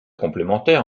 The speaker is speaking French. complémentaire